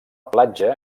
platja